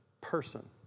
person